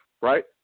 right